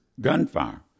gunfire